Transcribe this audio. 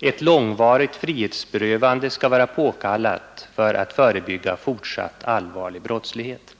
ett långvarigt frihetsberövande skall vara påkallat för att förebygga fortsatt allvarlig brottslighet.